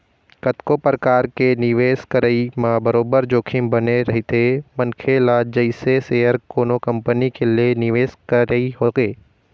कतको परकार के निवेश करई म बरोबर जोखिम बने रहिथे मनखे ल जइसे सेयर कोनो कंपनी के लेके निवेश करई होगे